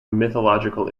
mythological